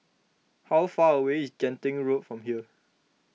how far away is Genting Road from here